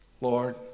Lord